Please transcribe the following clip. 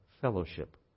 fellowship